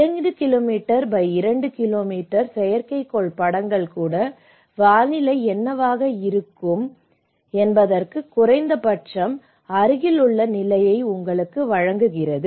2 kilometre X 2 kilometre செயற்கைக்கோள் படங்கள் கூட வானிலை என்னவாக இருக்கும் என்பதற்கு குறைந்தபட்சம் அருகிலுள்ள நிலையை உங்களுக்கு வழங்குகிறது